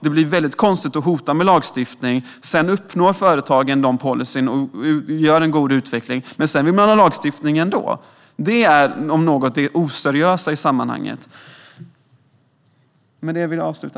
Det blir väldigt konstigt när man hotar med lagstiftning och företagen uppnår den policyn och en god utveckling men man ändå vill ha lagstiftning. Det om något är det oseriösa i sammanhanget.